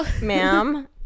Ma'am